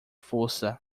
força